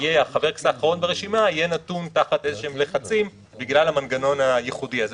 האחרון ברשימה יהיה נתון תחת לחצים בגלל המנגנון הייחודי הזה,